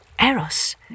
Eros